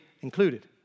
included